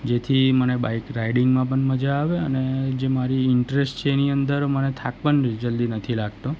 જેથી મને બાઈક રાઇડિંગમાં પણ મજા આવે અને જે મારી ઇન્ટરેસ્ટ છે એની અંદર મને થાક પણ જલ્દી નથી લાગતો